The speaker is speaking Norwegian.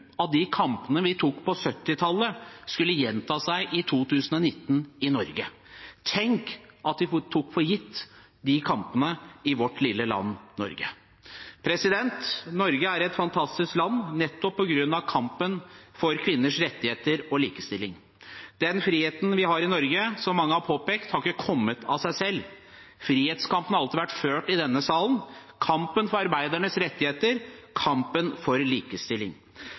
de kampene vi tok på 1970-tallet, skulle gjenta seg i 2019, i Norge? Tenk at vi tok de kampene for gitt, i vårt lille land, Norge. Norge er et fantastisk land, nettopp på grunn av kampen for kvinners rettigheter og likestilling. Den friheten vi har i Norge, har, som mange har påpekt, ikke kommet av seg selv. Frihetskampen har alltid vært ført i denne salen – kampen for arbeidernes rettigheter, kampen for likestilling.